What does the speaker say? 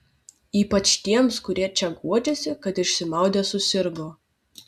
ypač tiems kurie čia guodžiasi kad išsimaudę susirgo